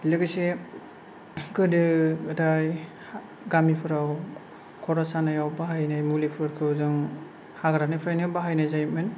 लोगोसे गोदो गोदाय गामिफोराव खर' सानायाव बाहायनाय मुलिफोरखौ जों हाग्रानिफ्रायनो बाहायनाय जायोमोन